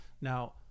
Now